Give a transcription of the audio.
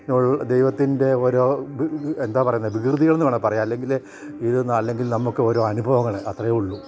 ദൈവത്തിൻ്റെ ഓരോ എന്താണ് പറയുന്നത് വികൃതികളെന്ന് വേണം പറയാൻ അല്ലെങ്കിൽ ഇത് തന്നെ അല്ലെങ്കിൽ നമുക്ക് ഓരോ അനുഭവങ്ങൾ അത്രയേയുള്ളൂ